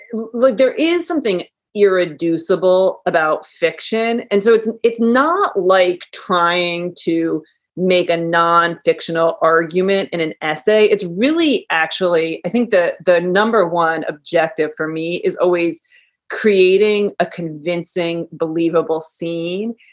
there is something irreducible about fiction. and so it's it's not like trying to make a nonfictional argument in an essay. it's really actually i think that the number one objective for me is always creating a convincing, believable scene.